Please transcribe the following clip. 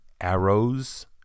arrows